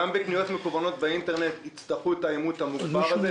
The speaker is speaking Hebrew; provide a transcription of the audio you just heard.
גם בקניות מקוונות באינטרנט יצטרכו את האימות המוגבר הזה,